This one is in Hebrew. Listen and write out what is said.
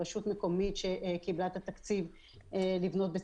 רשות מקומית שקיבלה את התקציב לבנות בית